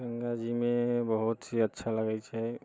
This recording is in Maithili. गङ्गाजीमे बहुत से अच्छा लागैत छै